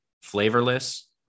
flavorless